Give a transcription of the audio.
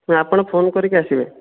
ନା ଆପଣ ଫୋନ୍ କରିକି ଆସିବେ